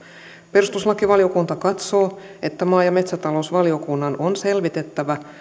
perustuslakivaliokunta katsoo että maa ja metsätalousvaliokunnan on selvitettävä